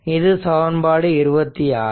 இது சமன்பாடு 26